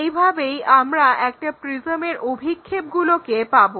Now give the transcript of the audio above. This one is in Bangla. এইভাবেই আমরা একটা প্রিজমের অভিক্ষেপগুলোকে পাবো